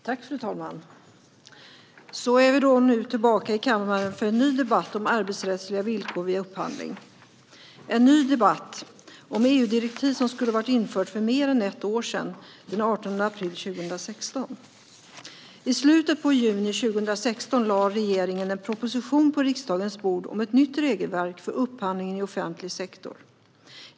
Fru talman! Så är vi då tillbaka i kammaren för en ny debatt om arbetsrättsliga villkor vid upphandling - en ny debatt om EU-direktiv som skulle varit införda för mer än ett år sedan, den 18 april 2016. I slutet av juni 2016 lade regeringen en proposition på riksdagens bord om nytt regelverk för upphandling i offentlig sektor.